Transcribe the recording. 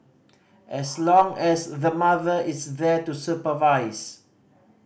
as long as the mother is there to supervise